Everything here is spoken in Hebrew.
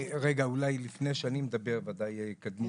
אני רגע אולי לפני שאני מדבר בוודאי קדמו